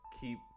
keep